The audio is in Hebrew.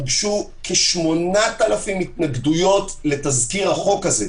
הוגשו כ-8,000 התנגדויות לתזכיר החוק הזה,